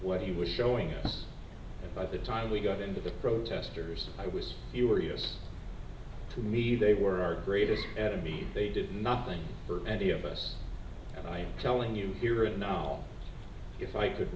what he was showing us and by the time we got into the protesters i was serious to me they were our greatest enemy they did nothing for any of us and i telling you here and now if i could